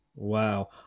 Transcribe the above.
Wow